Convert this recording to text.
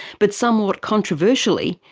but somewhat controversially,